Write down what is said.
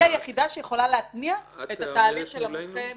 היחידה שיכולה להתניע את התהליך של המומחה מטעמה.